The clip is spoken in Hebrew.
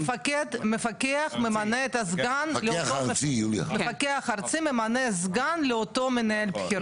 המפקח הארצי ממנה סגן לאותו מנהל בחירות?